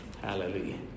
Hallelujah